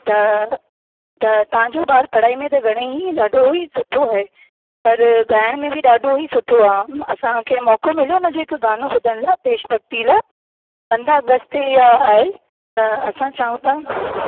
त त तव्हां जो ॿारु पढ़ाई में त घणे ई ॾाढो ई सुठो आहे पर ॻाइण में बि ॾाढो ई सुठो आहे असांखे मौक़ो मिलियो उन जो हिकु गानो ॿुधण लाइ देश भक्ति लाइ पंदरहां अगस्त इहा आहे त असां चऊं पिया